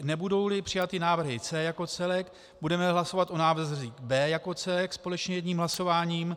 Nebudouli přijaty návrhy C jako celek, budeme hlasovat o návrzích B jako celek společně jedním hlasováním.